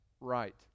right